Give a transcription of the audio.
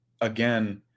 again